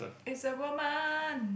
is a woman